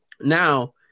Now